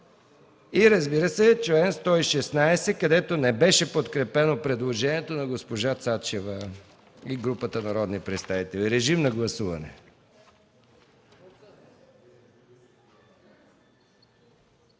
и, разбира се, чл. 116, където не беше подкрепено предложението на госпожа Цачева и групата народни представители. Моля, гласувайте.